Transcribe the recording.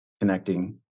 connecting